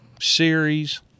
Series